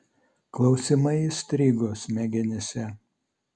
klausimai įstrigo smegenyse